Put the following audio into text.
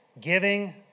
giving